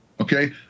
okay